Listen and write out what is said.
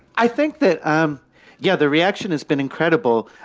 i think that, um yeah, the reaction has been incredible.